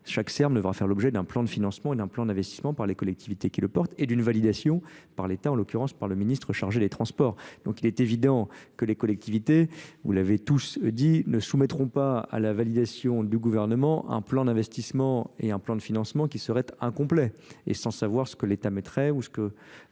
chaque terme devra faire l'objet d'un plan de financement et d'un plan d'investissement par les collectivités qui le portent et d'une validation par l'état, en l'occurrence par la ministre chargé des transports, il est évident que les collectivités vous l'avez tous dit nee soumettrons pas à la validation du gouvernement, un plan d'investissement et un plan de financement qui seraient incomplets et sans savoir ce que l'état mettrait ou ce que